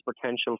potential